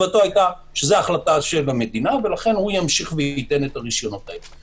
הוא אמר שזו החלטה של המדינה ולכן ימשיך לתת את הרשיונות האלה.